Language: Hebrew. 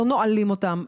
לא נועלים אותם,